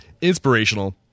inspirational